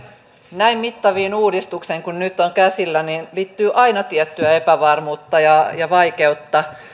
näin mittaviin uudistuksiin kuin nyt on käsillä liittyy aina tiettyä epävarmuutta ja ja vaikeutta